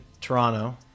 Toronto